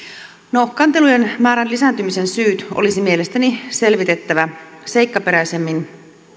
no kantelujen määrän lisääntymisen syyt olisi mielestäni selvitettävä seikkaperäisemmin